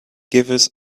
givers